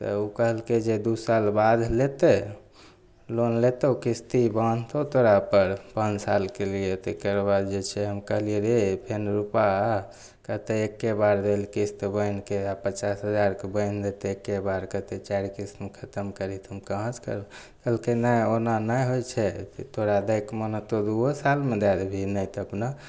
तऽ उ कहलकय जे दु साल बाद लेतय लोन लेतौ किस्ती बान्धतौ तोरापर पाँच सालके लिए तकर बाद जे छै हम कहलियै रे फेन रूपा कहतय एक्के बार देला किस्त बान्धिके आओर पचास हजारके बान्धि देतय एक्के बार कहतय चारि किस्तमे खतम करही तऽ हम कहाँसँ करबय कहलकय नहि ओना नहि होइ छै तोरा दैके मोन हेतौ दुवो सालमे दए देबही नहि तऽ अपना